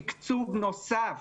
תקצוב נוסף